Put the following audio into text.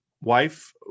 wife